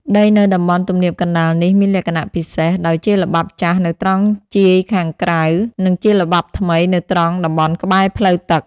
ដីនៅតំបន់ទំនាបកណ្ដាលនេះមានលក្ខណៈពិសេស ដោយជាល្បាប់ចាស់នៅត្រង់ជាយខាងក្រៅ និងជាល្បាប់ថ្មីនៅត្រង់តំបន់ក្បែរផ្លូវទឹក។